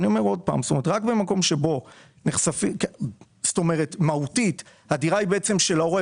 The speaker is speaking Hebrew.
רק במקום שבו מהותית הדירה היא של ההורה,